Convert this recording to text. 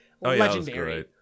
legendary